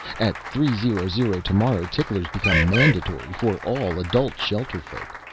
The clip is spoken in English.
at three zero zero tomorrow ticklers become mandatory for all adult shelterfolk.